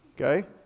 okay